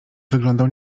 wyglądał